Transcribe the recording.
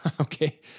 Okay